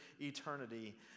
eternity